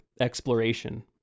exploration